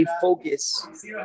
focus